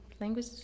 Language